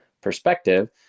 perspective